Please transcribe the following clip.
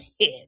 head